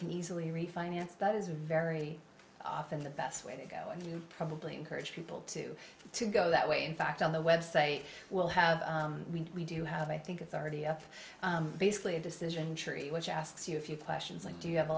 can easily refinance that is very often the best way to go and you probably encourage people to to go that way in fact on the web say we'll have we do have i think it's already up basically a decision tree which asks you a few questions like do you have a